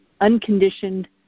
unconditioned